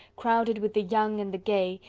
crowded with the young and the gay,